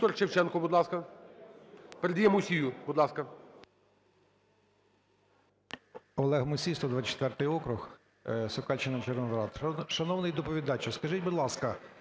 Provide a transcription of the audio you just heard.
Олег Мусій, 124 округ, Сокальщина, Червоноград. Шановний доповідач, а скажіть, будь ласка,